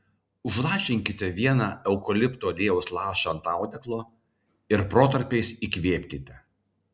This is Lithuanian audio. užlašinkite vieną eukalipto aliejaus lašą ant audeklo ir protarpiais įkvėpkite